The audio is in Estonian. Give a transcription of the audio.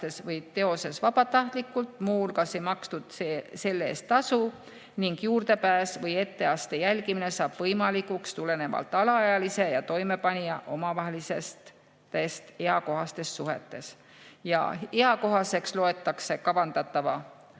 või teoses vabatahtlikult, muu hulgas ei makstud selle eest tasu ning juurdepääs või etteaste jälgimine saab võimalikuks tulenevalt alaealise ja toimepanija omavahelistest eakohastest suhetest. Eakohaseks loetakse kavandatava